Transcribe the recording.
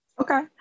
okay